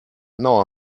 now